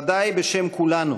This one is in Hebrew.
בוודאי בשם כולנו,